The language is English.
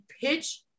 pitch